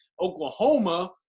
Oklahoma